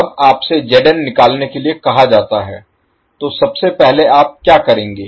जब आपसे निकालने के लिए कहा जाता है तो सबसे पहले आप क्या करेंगे